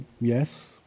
yes